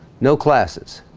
no classes